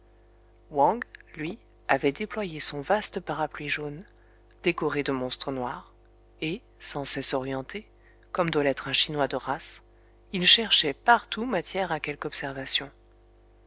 lui avait déployé son vaste parapluie jaune décoré de monstres noirs et sans cesse orienté comme doit l'être un chinois de race il cherchait partout matière à quelque observation